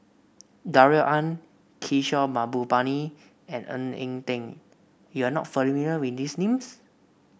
Darrell Ang Kishore Mahbubani and Ng Eng Teng you are not familiar with these names